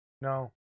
No